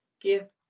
give